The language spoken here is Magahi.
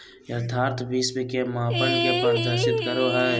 यथार्थ विश्व के मापन के प्रदर्शित करो हइ